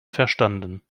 verstanden